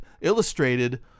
Illustrated